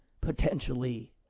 potentially